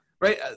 Right